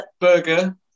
burger